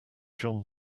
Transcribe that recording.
jon